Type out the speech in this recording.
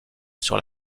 sur